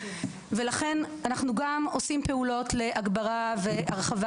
ולכן אנחנו גם עושים פעולות להגברה והרחבה